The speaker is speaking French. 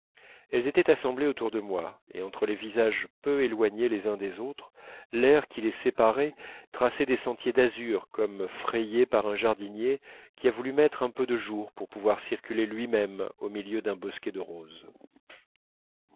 elles étaient assemblées autour de moi et entre les visages peu éloignés les uns des autres l'air qui les séparait traçait des sentiers d'azur comme frayés par un jardinier qui a voulu mettre un peu de jour pour pouvoir circuler lui-même au milieu d'un bosquet de roses